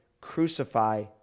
crucify